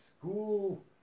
school